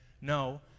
No